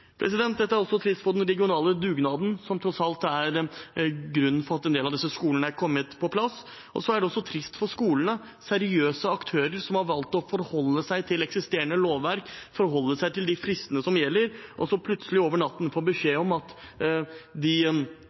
Dette er også trist for den regionale dugnaden, som tross alt er grunnen til at en del av disse skolene er kommet på plass. Og så er det trist for skolene – seriøse aktører som har valgt å forholde seg til eksisterende lovverk og til de fristene som gjelder, og som plutselig over natten får beskjed om at de